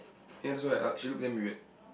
you know that's why uh she look damn weird